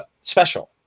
special